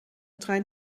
trein